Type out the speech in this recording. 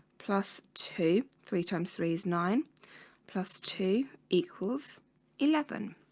plus two three times three is nine plus two equals eleven?